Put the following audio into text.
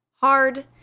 hard